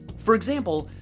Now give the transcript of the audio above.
for example,